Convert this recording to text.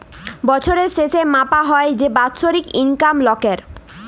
বছরের শেসে মাপা হ্যয় যে বাৎসরিক ইলকাম লকের